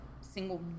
single